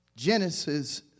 Genesis